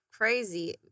crazy